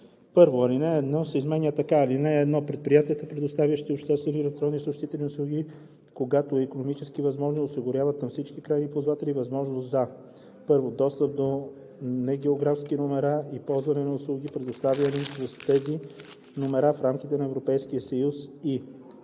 1. Алинея 1 се изменя така: „(1) Предприятията, предоставящи обществени електронни съобщителни услуги, когато е икономически възможно, осигуряват на всички крайни ползватели възможност за: 1. достъп до негеографски номера и ползване на услуги, предоставяни чрез тези номера в рамките на Европейския съюз; и